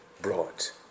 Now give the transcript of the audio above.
brought